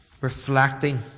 reflecting